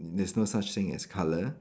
there's no such thing as colour